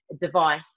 device